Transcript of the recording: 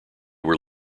were